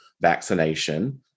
vaccination